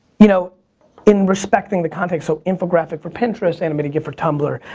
you know in respecting the context, so infographic for pinterest, animated gif for tumblr,